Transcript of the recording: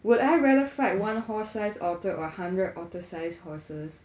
would I rather fight one horse sized otter or hundred otter sized horses